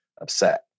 upset